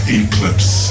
eclipse